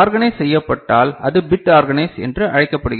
organise செய்யப்பட்டால் அது bit organised என்று அழைக்கப்படுகிறது